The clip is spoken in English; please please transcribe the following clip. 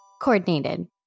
Coordinated